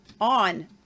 on